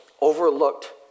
overlooked